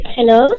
Hello